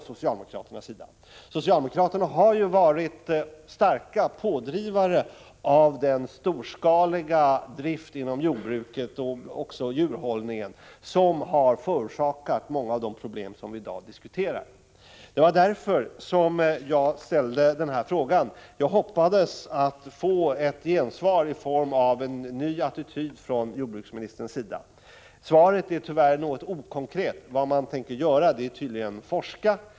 Socialdemokraterna har ju varit starka pådrivare av den storskaliga drift inom jordbruket och djurhållningen som har förorsakat många av de problem som vi i dag diskuterar. Det var därför som jag ställde frågan. Jag hoppades att få ett gensvar i form av en ny attityd från jordbruksministerns sida. Svaret är tyvärr något okonkret. Vad man tänker göra är tydligen att forska.